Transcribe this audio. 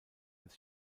des